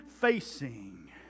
facing